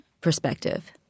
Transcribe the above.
perspective